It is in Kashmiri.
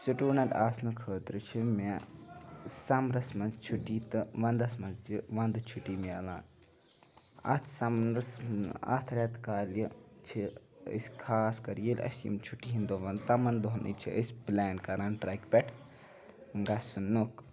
سٹوٗڈَنٛٹ آسنہٕ خٲطرٕ چھِ مےٚ سَمرَس منٛز چھُٹی تہٕ وَندَس منٛز تہِ وَندٕ چھُٹی مِلان اَتھ سَمرَس اَتھ رٮ۪تہٕ کالہِ چھِ أسۍ خاص کر ییٚلہِ اَسہِ یِم چھُٹی ہِنٛدۍ دۄہَن تِمَن دۄہنٕے چھِ أسۍ پٕلین کَران ٹرٛیکِنٛگ پٮ۪ٹھ گژھنُک